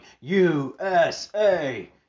USA